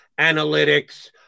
analytics